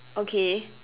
okay